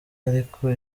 ariko